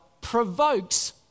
provokes